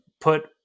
Put